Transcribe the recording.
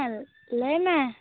ᱮᱸ ᱞᱟ ᱭᱢᱮ